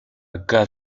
got